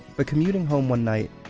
but commuting home one night,